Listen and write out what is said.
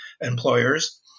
employers